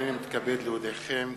הנני מתכבד להודיעכם,